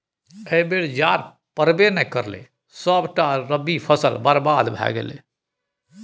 एहि बेर जाड़ पड़बै नै करलै सभटा रबी फसल बरबाद भए गेलै